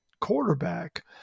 quarterback